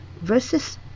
Versus